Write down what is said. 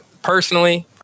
Personally